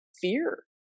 fear